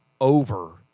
over